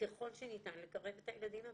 ככל שניתן לקרב את הילדים הביתה.